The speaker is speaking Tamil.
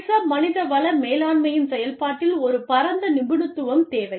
சர்வதேச மனித வள மேலாண்மையின் செயல்பாட்டில் ஒரு பரந்த நிபுணத்துவம் தேவை